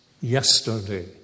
yesterday